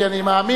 כי אני מאמין